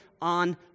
on